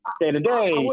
day-to-day